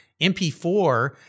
MP4